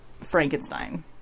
Frankenstein